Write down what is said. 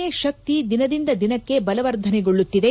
A ಶಕ್ತಿ ದಿನದಿಂದ ದಿನಕ್ಕೆ ಬಲವರ್ಧನೆಗೊಳ್ಳುತ್ತಿದೆ